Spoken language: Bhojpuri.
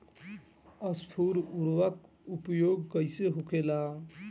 स्फुर उर्वरक के उपयोग कईसे होखेला?